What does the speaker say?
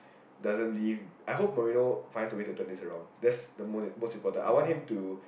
doesn't leave I hope Mourinho finds a way to turn this around that's the the most important I want him to